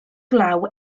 glaw